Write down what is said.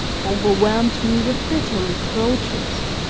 overwhelmed me with bitter reproaches,